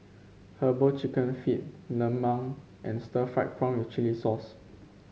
herbal chicken feet lemang and Stir Fried Prawn with Chili Sauce